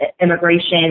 immigration